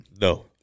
no